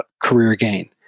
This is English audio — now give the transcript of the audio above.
ah career gain.